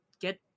get